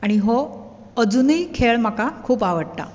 आनी हो अजुनूय खेळ म्हाका खूब आवडटा